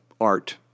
art